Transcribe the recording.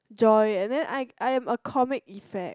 joy and then I I am a comic effect